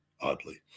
Oddly